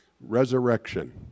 resurrection